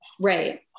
right